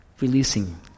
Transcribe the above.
releasing